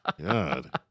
God